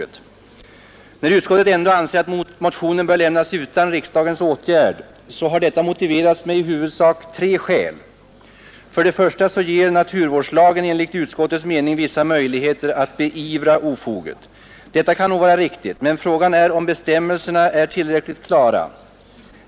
Men när utskottet ändå anser att motionen bör lämnas utan riksdagens åtgärd, har detta motiverats med i huvudsak tre skäl. För det första ger naturvårdslagen enligt utskottets mening vissa möjligheter att beivra ofoget. Detta kan nog vara riktigt, men frågan är om bestämmelserna är tillräckligt klara.